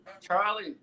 Charlie